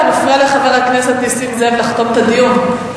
ואתה מפריע לחבר הכנסת נסים זאב לחתום את הדיון.